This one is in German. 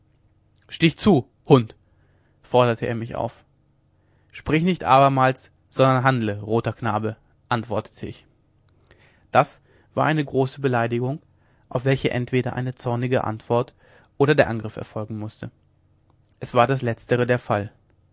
stich zu hund forderte er mich auf sprich nicht abermals sondern handle roter knabe antwortete ich das war eine große beleidigung auf welche entweder eine zornige antwort oder der angriff erfolgen mußte es war das letztere der fall